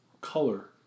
color